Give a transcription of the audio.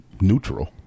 neutral